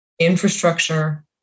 infrastructure